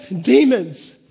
demons